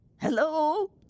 Hello